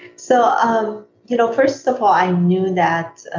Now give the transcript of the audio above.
so um you know first of all, i knew that